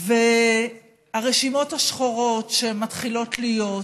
הרשימות השחורות שמתחילות להיות,